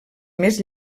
més